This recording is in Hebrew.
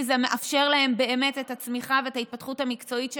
כי זה מאפשר להן באמת את הצמיחה ואת ההתפתחות המקצועית שלהן,